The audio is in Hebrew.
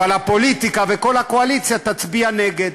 אבל הפוליטיקה, כל הקואליציה תצביע נגד.